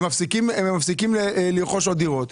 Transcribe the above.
הם מפסיקים לרכוש עוד דירות.